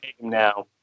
now